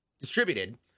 Distributed